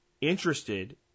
interested